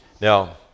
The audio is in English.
Now